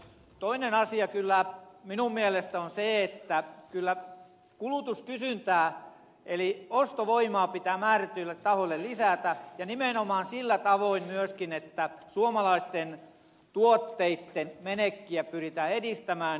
toinen asia kyllä minun mielestäni on se että kyllä kulutuskysyntää eli ostovoimaa pitää määrätyille tahoille lisätä ja nimenomaan myöskin sillä tavoin että suomalaisten tuotteitten menekkiä pyritään edistämään